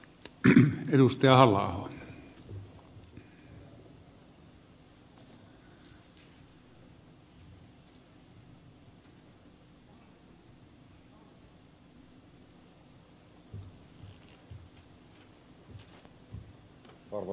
arvoisa herra puhemies